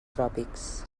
tròpics